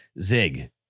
zig